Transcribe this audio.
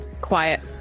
quiet